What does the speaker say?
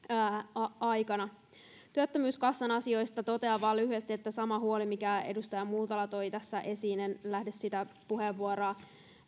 aikana työttömyyskassan asioista totean vain lyhyesti että on sama huoli minkä edustaja multala toi tässä esiin en lähde sitä puheenvuoroa